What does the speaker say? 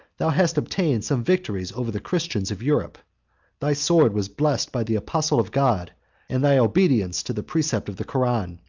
thou hast obtained some victories over the christians of europe thy sword was blessed by the apostle of god and thy obedience to the precept of the koran,